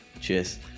Cheers